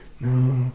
No